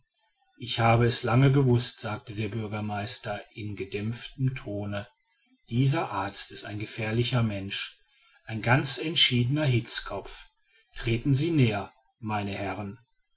ich habe es lange gewußt sagte der bürgermeister in gedämpftem tone dieser arzt ist ein gefährlicher mensch ein ganz entschiedener hitzkopf treten sie näher meine herren